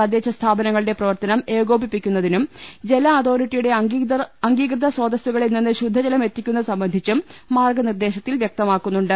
തദ്ദേശ സ്ഥാപ നങ്ങളുടെ പ്രവർത്തനം ഏകോപിപ്പിക്കുന്നതും ജല അതോറിറ്റി യുടെ അംഗീകൃത സ്രോതസ്സുകളിൽ നിന്ന് ശുദ്ധജലം എത്തിക്കു ന്നത് സംബന്ധിച്ചും മാർഗ നിർദേശത്തിൽ വൃക്തമാക്കുന്നുണ്ട്